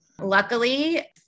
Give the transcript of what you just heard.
luckily